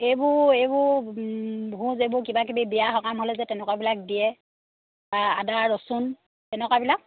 এইবোৰ এইবোৰ ভোজ এইবোৰ কিবকিবি বিয়া সকাম হ'লে যে তেনেকুৱাবিলাক দিয়ে বা আদা ৰচুন তেনেকুৱাবিলাক